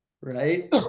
Right